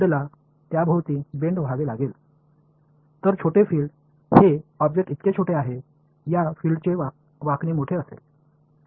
எனவே புலம் எவ்வளவு சிறியதோ பொருள் அவ்வளவு சிறியது இந்த புலத்தின் வளைவு பெரிதாக இருக்கும்